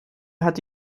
hatte